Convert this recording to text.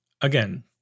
Again